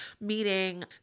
meeting